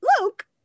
Luke